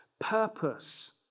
purpose